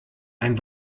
ein